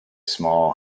small